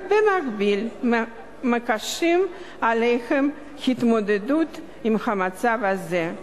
ובמקביל מקשים עליהם התמודדות עם המצב הזה?